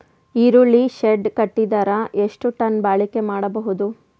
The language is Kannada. ಈರುಳ್ಳಿ ಶೆಡ್ ಕಟ್ಟಿದರ ಎಷ್ಟು ಟನ್ ಬಾಳಿಕೆ ಮಾಡಬಹುದು?